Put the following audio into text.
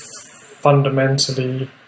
fundamentally